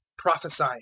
prophesy